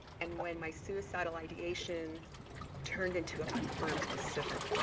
and when my suicidal ideation turned into a confirmed decision.